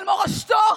על מורשתו,